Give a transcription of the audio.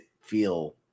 feel